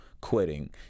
quitting